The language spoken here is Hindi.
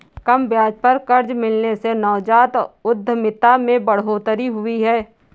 कम ब्याज पर कर्ज मिलने से नवजात उधमिता में बढ़ोतरी हुई है